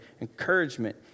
encouragement